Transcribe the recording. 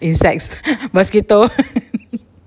insect mosquito